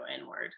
inward